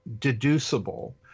deducible